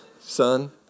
son